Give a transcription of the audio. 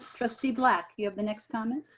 trustee black you have the next comment.